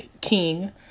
King